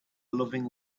loving